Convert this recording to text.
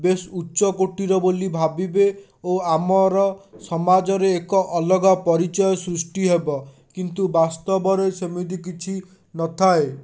ବେସ୍ ଉଚ୍ଚକୋଟୀର ବୋଲି ଭାବିବେ ଓ ଆମର ସମାଜରେ ଏକ ଅଲଗା ପରିଚୟ ସୃଷ୍ଟି ହେବ କିନ୍ତୁ ବାସ୍ତବରେ ସେମିତି କିଛି ନଥାଏ